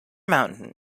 mountain